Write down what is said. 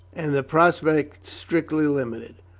and the prospect strictly limited.